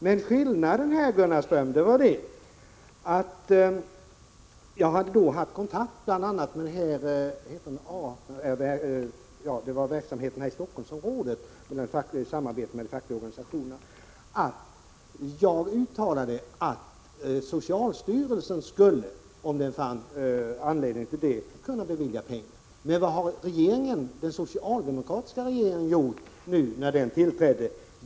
Men skillnaden, Gunnar Ström, är att jag då — jag hade haft kontakt med bl.a. den verksamhet som bedrevs här i Helsingforssområdet i samarbete mellan de fackliga organisationerna — uttalade att socialstyrelsen skulle kunna bevilja pengar om den fann anledning till det. Men vad gjorde den socialdemokratiska regeringen när den tillträdde?